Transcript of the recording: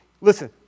Listen